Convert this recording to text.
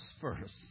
first